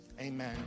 amen